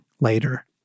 later